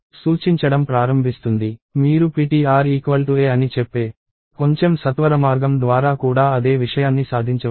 మీరు ptr a అని చెప్పే కొంచెం సత్వరమార్గం ద్వారా కూడా అదే విషయాన్ని సాధించవచ్చు